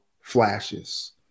flashes